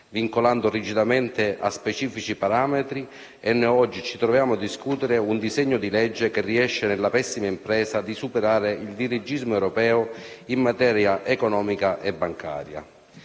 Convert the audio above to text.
vincolandolo rigidamente a specifici parametri, e noi oggi ci troviamo a discutere un provvedimento che riesce nella pessima impresa di superare il dirigismo europeo in materia economica e bancaria.